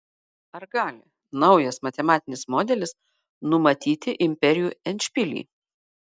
ar gali naujas matematinis modelis numatyti imperijų endšpilį